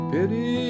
Pity